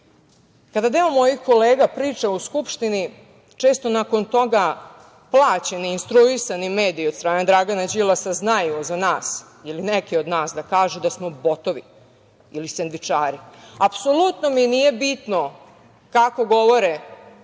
deo mojih kolega priča u Skupštini, često nakon toga plaćeni i instruisani mediji od strane Dragana Đilasa znaju za nas ili neke od nas da kažu da smo botovi ili sendvičari. Apsolutno mi nije bitno kako govore za naše